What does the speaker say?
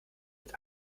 mit